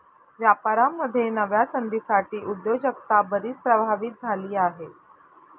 व्यापारामध्ये नव्या संधींसाठी उद्योजकता बरीच प्रभावित झाली आहे